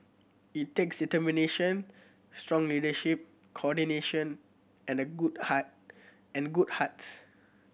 it takes determination strong leadership coordination and good heart and good hearts